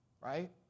right